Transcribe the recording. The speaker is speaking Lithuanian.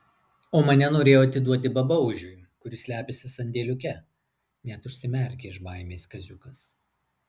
o mane norėjo atiduoti babaužiui kuris slepiasi sandėliuke net užsimerkė iš baimės kaziukas